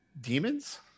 demons